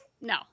no